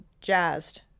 jazzed